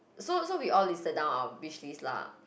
so so we all listed down our wish list lah